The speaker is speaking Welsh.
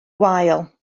wael